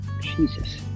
Jesus